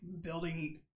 building